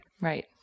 Right